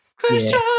Christian